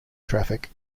traffic